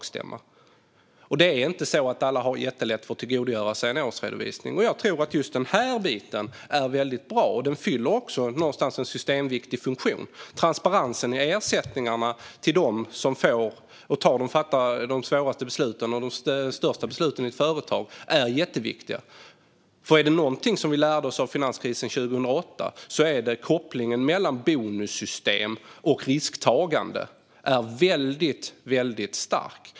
Det är heller inte så att alla har jättelätt att tillgodogöra sig en årsredovisning, och därför tror jag att just den här biten är väldigt bra. Den fyller också någonstans en systemviktig funktion. Transparensen när det gäller ersättningar till dem som fattar de största och svåraste besluten är jätteviktig. Är det någonting vi lärde oss av finanskrisen 2008 är det att kopplingen mellan bonussystem och risktagande är väldigt stark.